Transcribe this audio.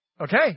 Okay